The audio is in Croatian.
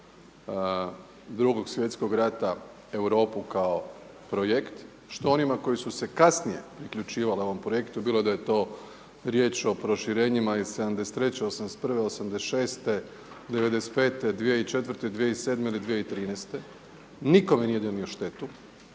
2. svjetskog rata Europu kao projekt, što onima koji su se kasnije priključivali ovom projektu bilo da je to riječ o proširenjima iz 73., 81., 86., 95., 2004., 2007. ili 2013. nikome nije donio štetu,